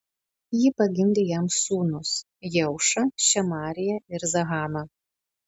ji pagimdė jam sūnus jeušą šemariją ir zahamą